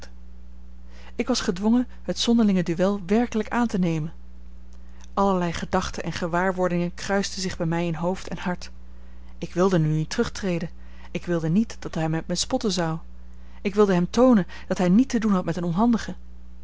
ik was gedwongen het zonderlinge duel werkelijk aan te nemen allerlei gedachten en gewaarwordingen kruisten zich bij mij in hoofd en hart ik wilde nu niet terugtreden ik wilde niet dat hij met mij spotten zou ik wilde hem toonen dat hij niet te doen had met eene onhandige